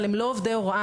אבל הם לא עובדי הוראה,